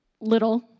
little